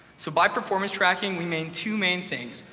so by performance tracking, we mean two main things.